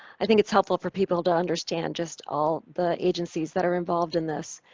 i think it's helpful for people to understand just all the agencies that are involved in this.